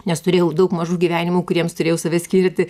nes turėjau daug mažų gyvenimų kuriems turėjau save skirti